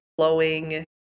flowing